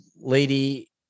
lady